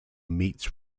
meets